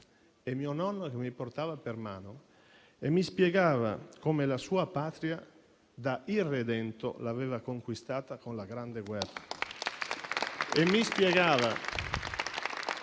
mio nonno che mi portava per mano e mi spiegava come la sua Patria, da irredento, l'aveva conquistata con la Grande guerra,